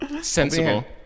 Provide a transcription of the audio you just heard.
Sensible